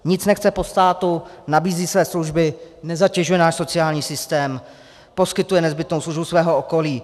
Nic nechce po státu, nabízí své služby, nezatěžuje náš sociální systém, poskytuje nezbytnou službu svému okolí.